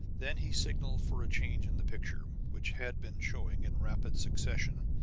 then he signaled for a change in the picture, which had been showing, in rapid succession,